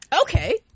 Okay